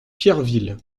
pierreville